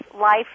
life